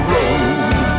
Road